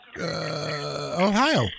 Ohio